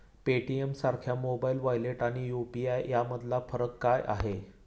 पेटीएमसारख्या mobile wallet आणि UPI यामधला फरक काय आहे?